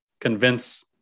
convince